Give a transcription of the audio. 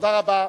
תודה רבה.